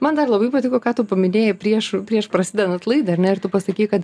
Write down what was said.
man dar labai patiko ką tu paminėjai prieš prieš prasidedant laidai ar ne ir tu pasakei kad